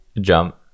jump